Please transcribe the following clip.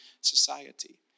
society